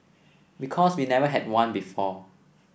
because we never had one before